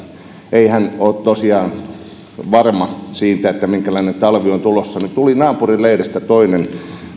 ei hän ole tosiaan varma siitä minkälainen talvi on tulossa niin tuli naapurin leiristä toinen